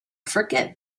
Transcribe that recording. forget